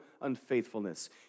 unfaithfulness